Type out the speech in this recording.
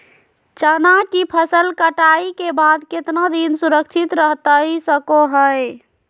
चना की फसल कटाई के बाद कितना दिन सुरक्षित रहतई सको हय?